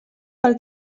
pel